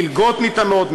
מלגות ניתנות,